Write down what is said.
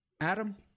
Adam